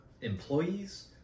employees